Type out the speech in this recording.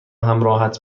همراهت